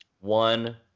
one